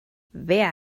wer